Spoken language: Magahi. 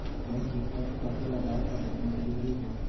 लोन भुगतान खातिर आधार कार्ड होना जरूरी है?